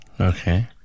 okay